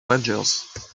rangers